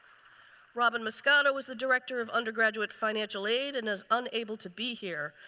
robin muscato is the director of undergraduate financial aid and is unable to be here.